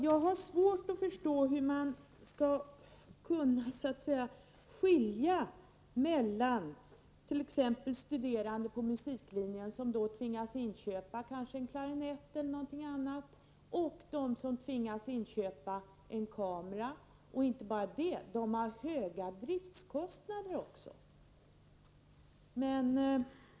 Jag har svårt att förstå hur man kan skilja mellan t.ex. en studerande på musiklinjen som tvingas inköpa en klarinett och en studerande som tvingas inköpa en kamera och som dessutom har höga driftskostnader.